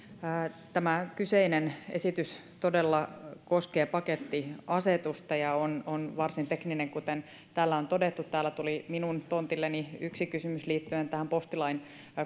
tämä kyseinen esitys todella koskee pakettiasetusta ja on on varsin tekninen kuten täällä on todettu täällä tuli minun tontilleni yksi kysymys liittyen tähän postilain